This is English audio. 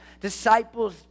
disciples